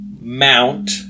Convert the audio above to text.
Mount